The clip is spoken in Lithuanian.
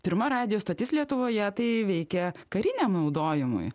pirma radijo stotis lietuvoje tai veikė kariniam naudojimui